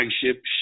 flagship